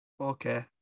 okay